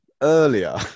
earlier